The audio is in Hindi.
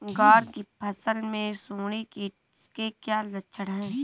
ग्वार की फसल में सुंडी कीट के क्या लक्षण है?